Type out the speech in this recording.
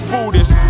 Buddhist